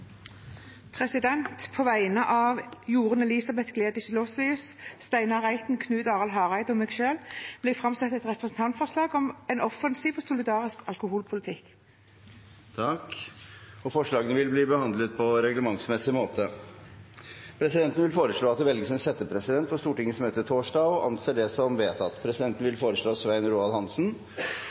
representantforslag. På vegne av Jorunn Gleditsch Lossius, Steinar Reiten, Knut Arild Hareide og meg selv vil jeg framsette et representantforslag om en offensiv og solidarisk alkoholpolitikk. Forslagene vil bli behandlet på reglementsmessig måte. Presidenten vil foreslå at det velges en settepresident for Stortingets møte torsdag, og anser det som vedtatt. Presidenten vil foreslå Svein Roald Hansen.